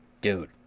dude